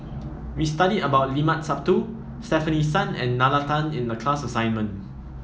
we studied about Limat Sabtu Stefanie Sun and Nalla Tan in the class assignment